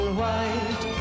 white